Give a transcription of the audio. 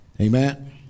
amen